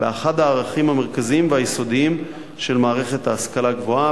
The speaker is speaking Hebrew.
באחד הערכים המרכזיים והיסודיים של מערכת ההשכלה הגבוהה,